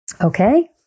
Okay